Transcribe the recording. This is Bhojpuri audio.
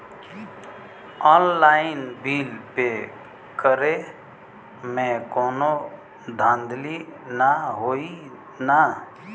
ऑनलाइन बिल पे करे में कौनो धांधली ना होई ना?